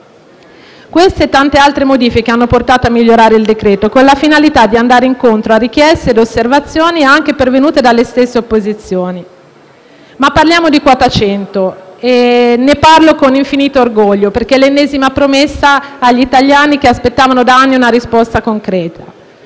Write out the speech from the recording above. Queste e tante altre modifiche hanno portato a migliorare il decreto-legge con la finalità di andare incontro a richieste e osservazioni pervenute anche dalle stesse opposizioni. Veniamo a quota 100. Ne parlo con infinito orgoglio perché è l'ennesima promessa agli italiani che aspettavano da anni una risposta concreta.